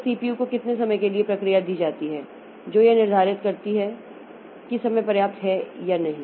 तो CPU को कितने समय के लिए एक प्रक्रिया दी जाती है जो यह निर्धारित करती है कि समय पर्याप्त है या नहीं